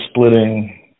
splitting